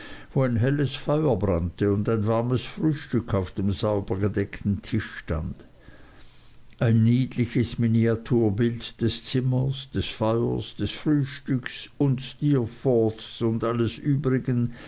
wo ein helles feuer brannte und ein warmes frühstück auf dem sauber gedeckten tisch stand ein niedliches miniaturbild des zimmers des feuers des frühstücks und steerforths und alles übrigen